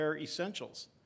essentials